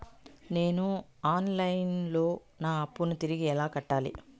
నేను online లో నా అప్పును తిరిగి ఎలా కట్టాలి?